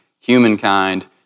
humankind